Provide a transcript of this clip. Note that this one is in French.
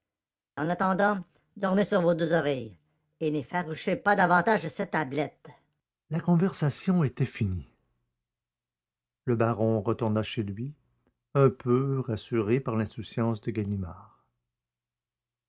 en attendant dormez sur vos deux oreilles et n'effarouchez pas davantage cette ablette la conversation était finie le baron retourna chez lui un peu rassuré par l'insouciance de ganimard